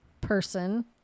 person